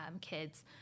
kids